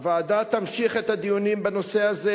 הוועדה תמשיך את הדיונים בנושא הזה,